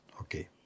Okay